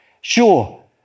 sure